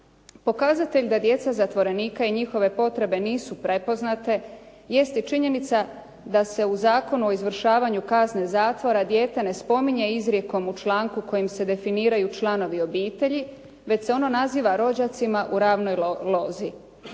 Pokazatelj da djeca zatvorenika i njihove potrebe nisu prepoznate jeste činjenica da se u Zakonu o izvršavanju kazne zatvora dijete ne spominje izrijekom u članku kojim se definiraju članovi obitelji već se ono naziva rođacima u ravnoj lozi.